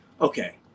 Okay